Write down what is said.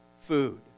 food